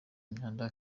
imyanda